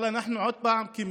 אבל אנחנו כמיעוט,